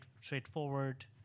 straightforward